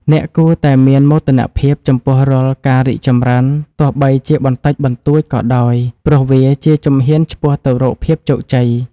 អ្នកគួរតែមានមោទនភាពចំពោះរាល់ការរីកចម្រើនទោះបីជាបន្តិចបន្តួចក៏ដោយ ព្រោះវាជាជំហានឆ្ពោះទៅរកភាពជោគជ័យ។